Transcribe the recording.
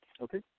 Okay